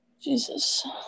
jesus